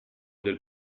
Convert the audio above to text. del